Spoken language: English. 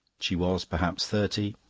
she was perhaps thirty,